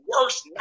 worst